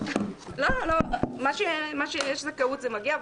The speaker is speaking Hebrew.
מה שיש זכאות זה מגיע,